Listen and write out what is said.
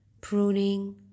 pruning